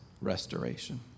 restoration